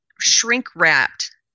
shrink-wrapped